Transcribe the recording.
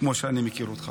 כמו שאני מכיר אותך.